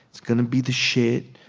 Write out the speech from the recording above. it's going to be the shit.